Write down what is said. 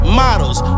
models